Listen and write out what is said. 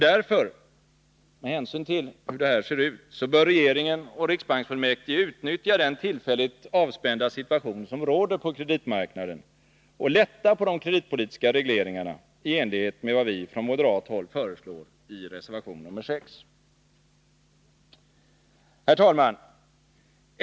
Därför bör regeringen och riksbanksfullmäktige utnyttja den tillfälligt avspända situation som råder på kreditmarknaden och lätta på de kreditpolitiska regleringarna i enlighet med vad vi från moderat håll föreslår i reservation nr 6. Herr talman!